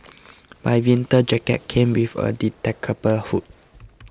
my winter jacket came with a detachable hood